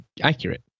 accurate